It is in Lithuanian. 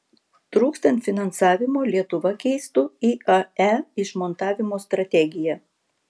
trūkstant finansavimo lietuva keistų iae išmontavimo strategiją